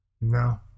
No